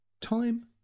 Time